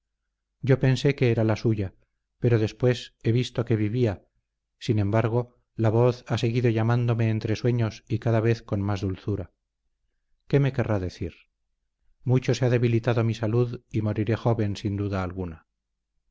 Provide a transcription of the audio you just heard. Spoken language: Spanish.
yo pensé que era la suya pero después he visto que vivía sin embargo la voz ha seguido llamándome entre sueños y cada vez con más dulzura qué me querrá decir mucho se ha debilitado mi salud y moriré joven sin duda alguna